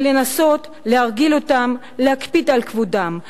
ולנסות להרגיל אותן להקפיד על כבודן,